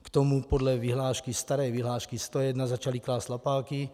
K tomu podle vyhlášky, staré vyhlášky 101, začaly klást lapáky.